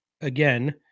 again